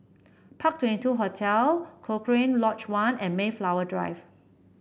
Park Twenty two Hotel Cochrane Lodge One and Mayflower Drive